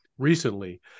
recently